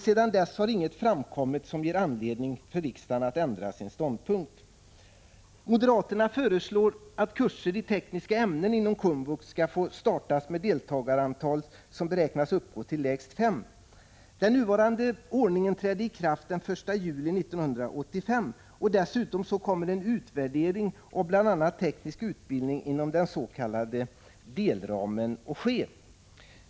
Sedan dess har det inte framkommit någonting som ger riksdagen anledning att ändra ståndpunkt. Moderaterna föreslår att kurser i tekniska ämnen inom komvux skall få startas, om deltagarantalet beräknas uppgå till lägst fem. Den nuvarande ordningen trädde i kraft den 1 juli 1985, och dessutom kommer en utvärdering av bl.a. teknisk utbildning inom den s.k. delramen att ske.